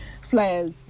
flyers